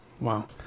Wow